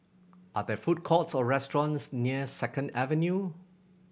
are there food courts or restaurants near Second Avenue